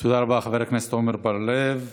תודה רבה, חבר הכנסת עמר בר לב.